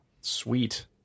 Sweet